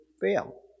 fail